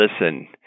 listen